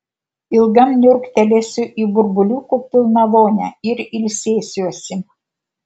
ilgam niurktelėsiu į burbuliukų pilną vonią ir ilsėsiuosi